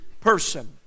person